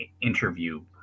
interview